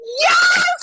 yes